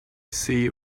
see